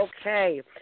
Okay